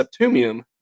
Septumium